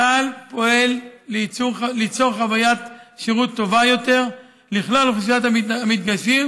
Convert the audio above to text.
צה"ל פועל ליצור חוויית שירות טובה יותר לכלל אוכלוסיית המתגייסים,